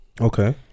okay